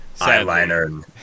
eyeliner